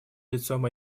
лицом